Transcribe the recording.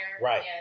Right